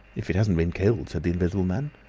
if it hasn't been killed, said the invisible man.